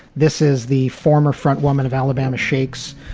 this is the former frontwoman of alabama shakes.